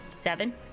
seven